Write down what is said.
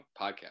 podcast